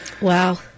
wow